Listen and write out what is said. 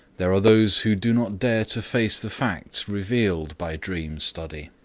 there are those who do not dare to face the facts revealed by dream study.